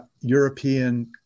European